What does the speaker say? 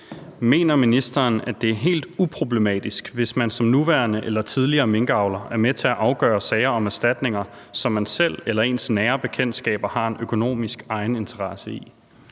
Mener ministeren, at det er helt uproblematisk, hvis man som nuværende eller tidligere minkavler er med til at afgøre sager om erstatninger, som man selv eller ens nære bekendtskaber har en økonomisk egeninteresse i?